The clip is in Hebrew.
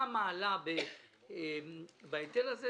מה המעלָה בהיטל הזה?